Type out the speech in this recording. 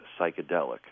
psychedelic